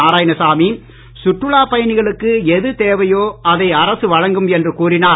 நாராயணசாமி சுற்றுலா பயணிகளுக்கு எது தேவையோ அதை அரசு வழங்கும் என்று கூறினார்